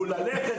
הוא ללכת,